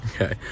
okay